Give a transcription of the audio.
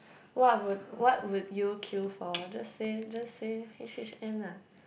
what would what would you queue for just say just say H_H_N lah